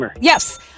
Yes